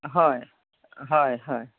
হয় হয় হয়